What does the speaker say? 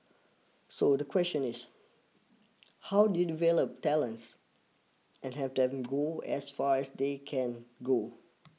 so the question is how do you develop talents and have them go as far as they can go